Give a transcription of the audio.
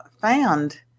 found